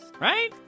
Right